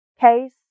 case